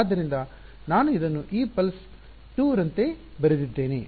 ಆದ್ದರಿಂದ ನಾನು ಇದನ್ನು ಈ ನಾಡಿ ಪಲ್ಸ್ 2 ರಂತೆ ಬರೆದಿದ್ದೇನೆ